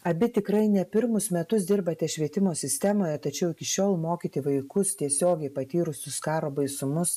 abi tikrai ne pirmus metus dirbate švietimo sistemoje tačiau iki šiol mokyti vaikus tiesiogiai patyrusius karo baisumus